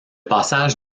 passage